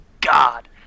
God